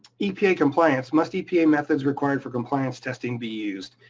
epa compliance, must epa methods required for compliance testing be used?